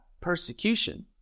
persecution